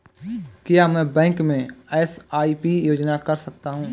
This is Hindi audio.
क्या मैं बैंक में एस.आई.पी योजना कर सकता हूँ?